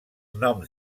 noms